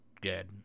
good